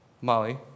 Molly